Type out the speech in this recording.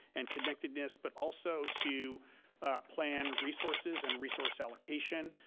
and connectedness, but also to plan resources, and resource allocation,